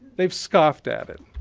they've scoffed at it.